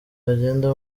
bagenda